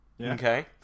Okay